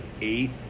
eight